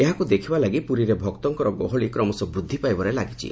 ଏହାକୁ ଦେଖବାଲାଗି ପୁରୀରେ ଭକ୍ତଙ୍କର ଗହଳି କ୍ରମଶଃ ବୃଦ୍ଧିପାଇବାରେ ଲାଗିଛି